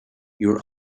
your